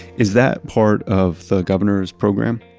is that part of the governor's program?